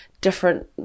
different